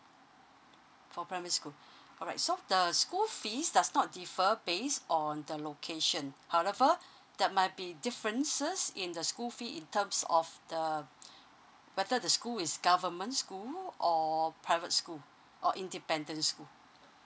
for primary school alright so the school fees does not differ based on the location however there might be differences in the school fee in terms of the whether the school is government school or private school or independent school